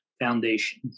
Foundation